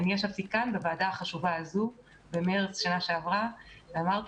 אני ישבתי בוועדה זו במרץ בשנה שעברה ואמרתי